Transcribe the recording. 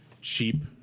cheap